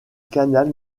canal